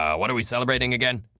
what are we celebrating again?